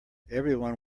everyone